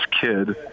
kid